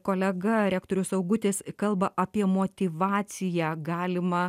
kolega rektorius augutis kalba apie motyvaciją galimą